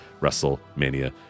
WrestleMania